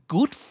Good